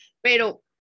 pero